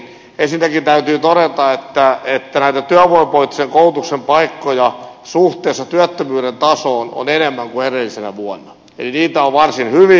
ensinnäkin täytyy todeta että näitä työvoimapoliittisen koulutuksen paikkoja suhteessa työttömyyden tasoon on enemmän kuin edellisenä vuonna eli niitä on varsin hyvin